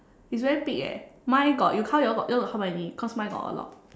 it's very big eh mine got you count yours got yours got how many cause mine got a lot